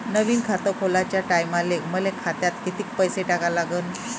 नवीन खात खोलाच्या टायमाले मले खात्यात कितीक पैसे टाका लागन?